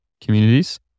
communities